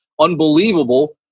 unbelievable